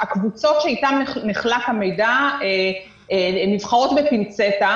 הקבוצות שאיתם נחלק המידע נבחרות בפינצטה,